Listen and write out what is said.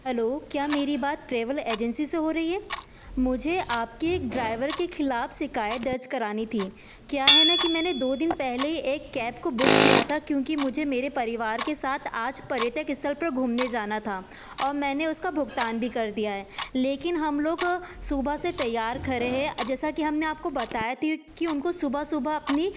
hello क्या मेरी बात ट्रेवल एजेंसी से हो रही है मुझे आपकी ड्राइवर के खिलाफ शिकायत दर्ज करानी थी क्या है न कि मैंने दो दिन पहले एक कैब को बुक किया था क्योंकि मुझे मेरे परिवार के साथ आज पर्यटक स्थल पर घूमने जाना था और मैंने उसका भुगतान भी कर दिया है लेकिन हम लोग सुबह से तैयार खड़े हैं जैसा कि हमने आपको बताया कि उनको सुबह सुबह अपनी